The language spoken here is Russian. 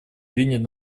принят